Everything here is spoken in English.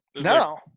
No